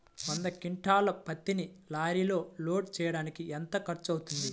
వంద క్వింటాళ్ల పత్తిని లారీలో లోడ్ చేయడానికి ఎంత ఖర్చవుతుంది?